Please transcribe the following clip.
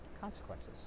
consequences